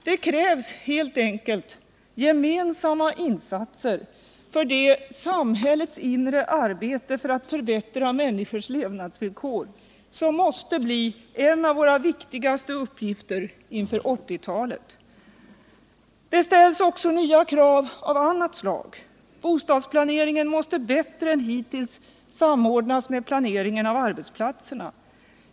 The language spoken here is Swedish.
Det krävs helt enkelt gemensamma insatser för det ”samhällets inre arbete” för att förbättra människors levnadsvillkor som måste bli en av våra viktigaste uppgifter inför 1980-talet. Det ställs också nya krav av annat slag. Bostadsplaneringen måste bättre än hittills samordnas med lokaliseringen av arbetsplatser.